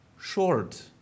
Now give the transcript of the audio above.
Short